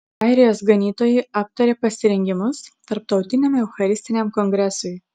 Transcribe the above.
airijos ganytojai aptarė pasirengimus tarptautiniam eucharistiniam kongresui